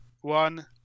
one